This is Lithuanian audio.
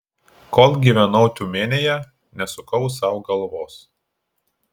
kol gyvenau tiumenėje nesukau sau galvos